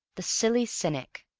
the silly cynic,